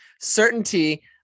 Certainty